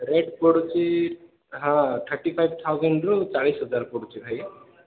rate ପଡ଼ୁଛି ହଁ thirty five ଥାଉଜେଣ୍ଡ୍ରୁ ଚାଳିଶ ହଜାର ପଡ଼ୁଛି ଭାଇ